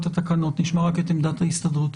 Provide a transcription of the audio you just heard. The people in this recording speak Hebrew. ואת עמדת ההסתדרות.